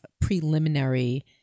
preliminary